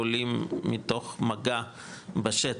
עולים מתוך מגע בשטח,